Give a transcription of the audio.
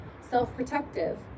self-protective